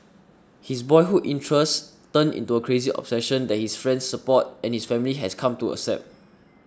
his boyhood interest turned into a crazy obsession that his friends support and his family has come to accept